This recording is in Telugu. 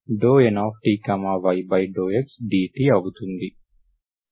సరేనా